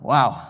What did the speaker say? Wow